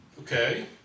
Okay